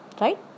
right